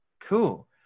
Cool